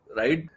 right